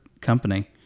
company